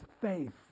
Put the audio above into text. faith